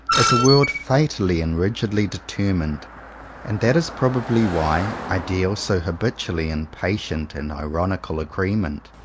is a world fatally, and rigidly determined and that is probably why i deal so habitually in patient and ironical agreement,